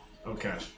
Okay